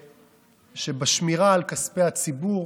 שבשמירה על כספי הציבור,